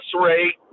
rate